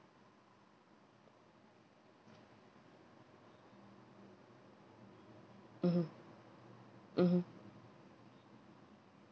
mmhmm mmhmm